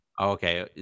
Okay